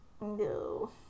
No